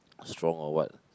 strong or what